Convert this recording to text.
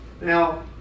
Now